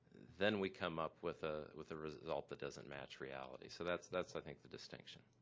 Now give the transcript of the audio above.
then we come up with ah with a result that doesn't match reality. so that's that's i think the distinction.